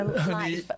Honey